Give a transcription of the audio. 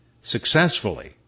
successfully